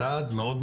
צעד מאוד,